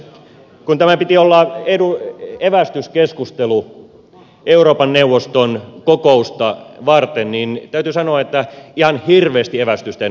kun tämän piti olla evästyskeskustelu eurooppa neuvoston kokousta varten niin täytyy sanoa että ihan hirveästi evästystä en ole siihen saanut